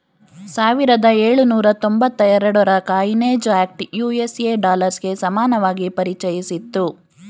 ಸಾವಿರದ ಎಳುನೂರ ತೊಂಬತ್ತ ಎರಡುರ ಕಾಯಿನೇಜ್ ಆಕ್ಟ್ ಯು.ಎಸ್.ಎ ಡಾಲರ್ಗೆ ಸಮಾನವಾಗಿ ಪರಿಚಯಿಸಿತ್ತು